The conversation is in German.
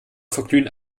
verglühen